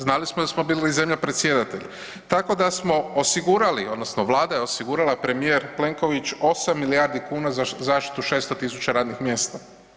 Znali smo jer smo bili zemlja predsjedatelj, tako da smo osigurali, odnosno Vlada je osigurala premijer Plenković 8 milijardi kuna za zaštitu 600000 radnih mjesta.